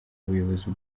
ubuyobozi